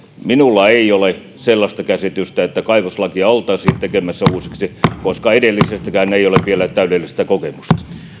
minulla ei ole sellaista käsitystä että kaivoslakia oltaisiin tekemässä uusiksi koska edellisestäkään ei ole vielä täydellistä kokemusta